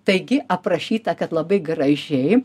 taigi aprašyta kad labai gražiai